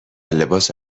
لباس